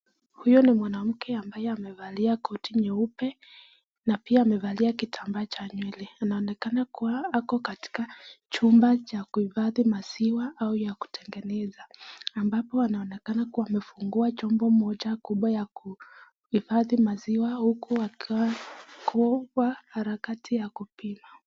Huyu ni mwanamke ambaye amevalia koti nyeupe na pia amevalia kitambaa cha nywele. Anaonekana kuwa ako katika chumba cha kuhifadhi maziwa au ya kutengeneza ambapo anaonekana kuwa amefungua chombo moja kubwa ya kuhifadhi maziwa huku akiwa kwa harakati ya kupima.